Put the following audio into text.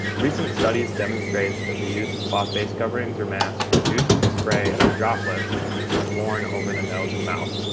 recent studies demonstrate that the use of cloth face coverings or masks reduce the spray of droplets when worn over the nose and mouth.